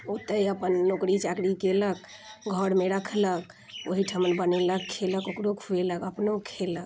ओतहि अपन नौकरी चाकरी केलक घरमे रखलक ओहिठमन बनेलक खेलक ओकरो खुएलक अपनो खेलक